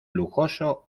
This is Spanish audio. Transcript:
lujoso